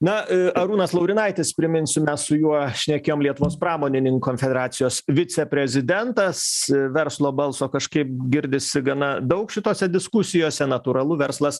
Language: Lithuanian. na arūnas laurinaitis priminsiu mes su juo šnekėjom lietuvos pramonininkų konfederacijos viceprezidentas verslo balso kažkaip girdisi gana daug šitose diskusijose natūralu verslas